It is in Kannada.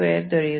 ದೊರೆಯುತ್ತದೆ